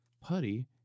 putty